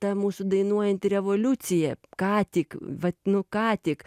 ta mūsų dainuojanti revoliucija ką tik vat nu ką tik